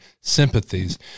sympathies